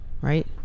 right